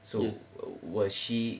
so will she